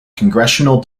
congressional